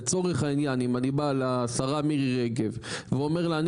לצורך העניין אם אני בא לשרה מירי רגב ואני אומר לה אני